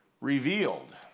revealed